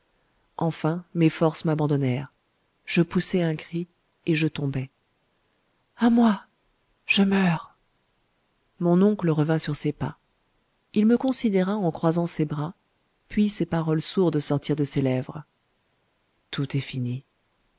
enfin mes forces m'abandonnèrent je poussai un cri et je tombai a moi je meurs mon oncle revint sur ses pas il me considéra en croisant ses bras puis ces paroles sourdes sortirent de ses lèvres tout est fini